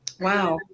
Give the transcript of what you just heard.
Wow